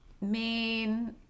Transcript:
main